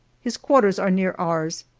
his quarters are near ours.